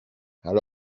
ale